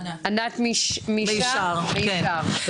ענת מישר.